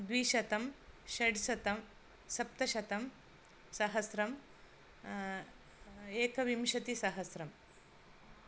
द्विशतं षड्शतं सप्तशतं सहस्रम् एकविंशतिसहस्रम्